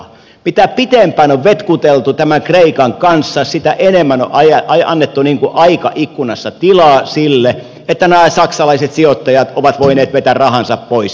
mitä pitempään on vetkuteltu tämän kreikan kanssa sitä enemmän on annettu aikaikkunassa tilaa sille että nämä saksalaiset sijoittajat ovat voineet vetää rahansa pois